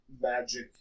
magic